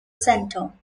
center